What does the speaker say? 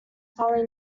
finally